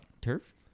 turf